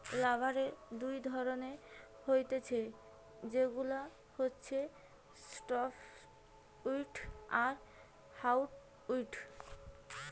লাম্বারের দুই ধরণের হতিছে সেগুলা হচ্ছে সফ্টউড আর হার্ডউড